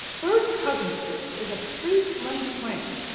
third cousinship is a pretty slim claim.